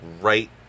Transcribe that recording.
right